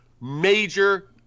major